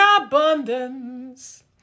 abundance